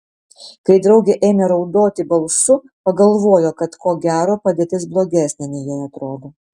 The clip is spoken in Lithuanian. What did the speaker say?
kai draugė ėmė raudoti balsu pagalvojo kad ko gero padėtis blogesnė nei jai atrodo